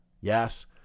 Yes